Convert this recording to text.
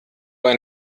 ein